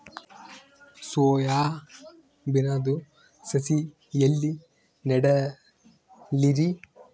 Soya ಬಿನದು ಸಸಿ ಎಲ್ಲಿ ನೆಡಲಿರಿ?